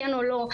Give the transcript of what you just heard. כן או לא,